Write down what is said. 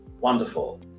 Wonderful